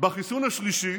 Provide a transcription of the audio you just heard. בחיסון השלישי